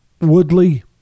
Woodley